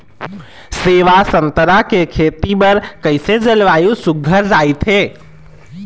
सेवा संतरा के खेती बर कइसे जलवायु सुघ्घर राईथे?